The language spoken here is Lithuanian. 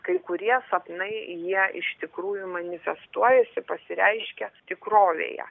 kai kurie sapnai jie iš tikrųjų manifestuojasi pasireiškia tikrovėje